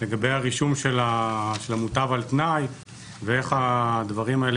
הרישום של המוטב על תנאי ואיך הדברים האלה